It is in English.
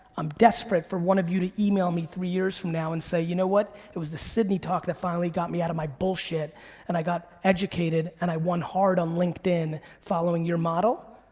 i'm desperate for one of you to email me three years from now and say, you know what? it was the sydney talk that finally got me outta my bullshit and i got educated and i went hard on linkedin following your model.